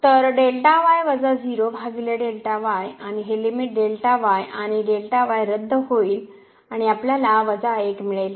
तर आणि ही लिमिट आणि रद्द होईल आणि आपल्याला वजा 1 मिळेल